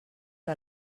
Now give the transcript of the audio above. que